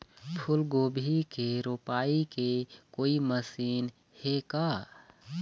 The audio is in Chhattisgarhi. फूलगोभी के रोपाई के कोई मशीन हे का?